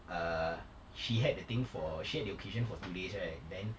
err she had the thing for she had the occasion for two days right